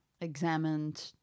examined